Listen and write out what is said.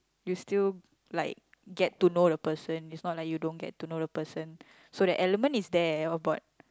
you still like get to know the person it's not like you don't get to know the person so the element is there about